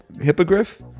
hippogriff